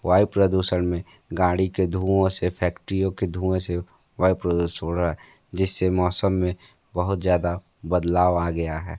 वायु प्रदूषण में गाड़ी के धुओं से फ़ैक्टरियों के धुओं से वायु प्रदूषण हो रहा है जिससे मौसम में बहुत ज़्यादा बदलाव आ गया है